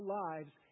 lives